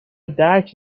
درک